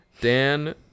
Dan